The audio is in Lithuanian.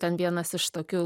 ten vienas iš tokių